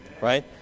Right